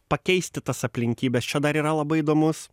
pakeisti tas aplinkybes čia dar yra labai įdomus